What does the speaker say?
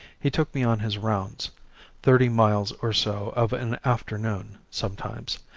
he took me on his rounds thirty miles or so of an afternoon, sometimes.